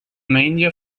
mania